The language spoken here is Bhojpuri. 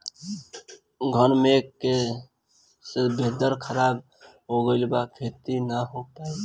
घन मेघ से वेदर ख़राब हो गइल बा खेती न हो पाई